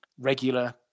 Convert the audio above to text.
regular